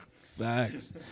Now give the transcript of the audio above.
Facts